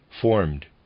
formed